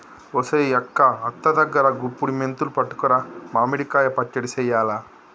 ఒసెయ్ అక్క అత్త దగ్గరా గుప్పుడి మెంతులు పట్టుకురా మామిడి కాయ పచ్చడి సెయ్యాల